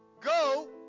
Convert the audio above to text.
go